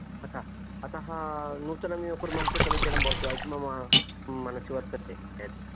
अत अतः नूतनमेव कुर्मः चेत् समीचीनं भवति वा इति मम मनसि वर्तते तत्